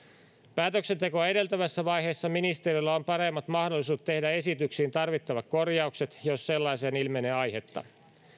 päätöksentekoa edeltävässä vaiheessa ministerillä on paremmat mahdollisuudet tehdä esityksiin tarvittavat korjaukset jos sellaiseen ilmenee aihetta